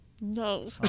No